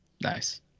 Nice